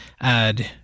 add